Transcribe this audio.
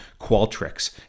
Qualtrics